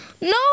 No